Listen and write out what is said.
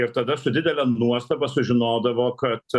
ir tada su didele nuostaba sužinodavo kad